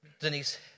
Denise